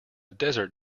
desert